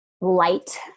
light